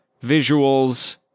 visuals